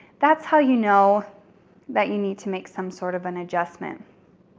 that's how you know that you need to make some sort of an adjustment.